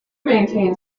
maintain